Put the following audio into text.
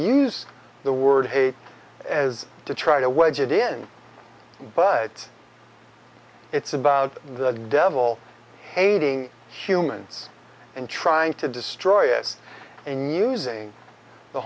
use the word hate as to try to wedge it in but it's about the devil hating humans and trying to destroy is in using the